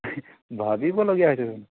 ভাবিবলগীয়া হৈছে